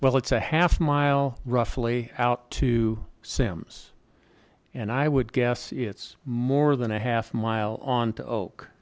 well it's a half mile roughly out to sam's and i would guess it's more than a half mile on to oak